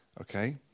Okay